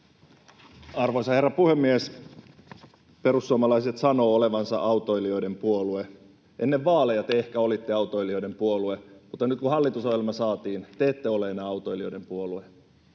Arvoisa herra puhemies! Perussuomalaiset sanoo olevansa autoilijoiden puolue. Ennen vaaleja te ehkä olitte autoilijoiden puolue, mutta nyt kun hallitusohjelma saatiin, te ette ole enää autoilijoiden puolue.